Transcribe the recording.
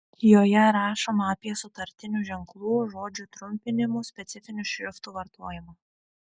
joje rašoma apie sutartinių ženklų žodžių trumpinimų specifinių šriftų vartojimą